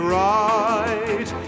right